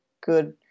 good